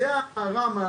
רם,